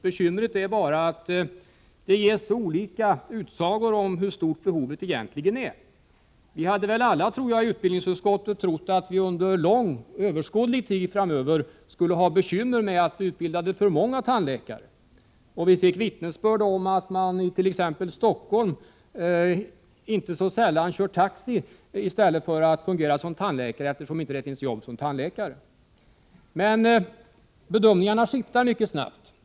Bekymret är bara att det ges så olika utsagor om hur stort behovet egentligen är. Vi hade väl alla i utbildningsutskottet trott att vi under lång, överskådlig, tid framöver skulle ha bekymmer med att man utbildade för många tandläkare. Vi fick t.ex. vittnesbörd om att man i Stockholm inte så sällan kör taxi i stället för att fungera som tandläkare, eftersom det inte finns jobb som tandläkare. Men bedömningarna skiftar mycket snabbt.